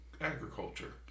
agriculture